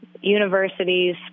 universities